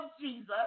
Jesus